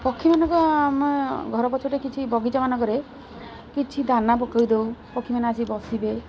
ପକ୍ଷୀମାନଙ୍କ ଆମ ଘର ପଛରେ କିଛି ବଗିଚା ମାନଙ୍କରେ କିଛି ଦାନା ପକାଇ ଦଉ ପକ୍ଷୀମାନେ ଆସି ବସିବେ